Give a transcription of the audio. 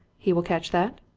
he will catch that?